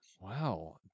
Wow